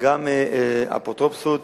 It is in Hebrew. אפוטרופסות